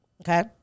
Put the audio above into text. Okay